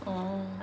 orh